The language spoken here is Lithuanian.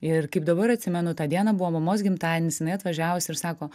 ir kaip dabar atsimenu tą dieną buvo mamos gimtadienis jinai atvažiavus ir sako